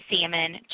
salmon